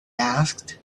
asked